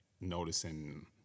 noticing